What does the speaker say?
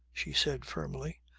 she said firmly.